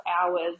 hours